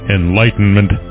enlightenment